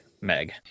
Meg